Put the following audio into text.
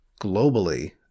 globally